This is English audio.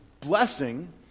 blessing